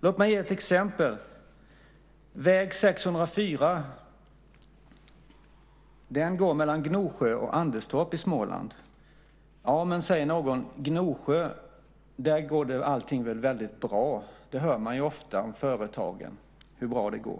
Låt mig ge ett exempel. Väg 604 går mellan Gnosjö och Anderstorp i Småland. Ja, men, säger någon, i Gnosjö går väl allting väldigt bra. Man hör ju ofta hur bra företagen går där.